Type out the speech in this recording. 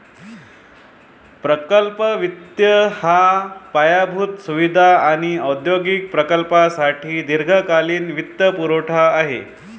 प्रकल्प वित्त हा पायाभूत सुविधा आणि औद्योगिक प्रकल्पांसाठी दीर्घकालीन वित्तपुरवठा आहे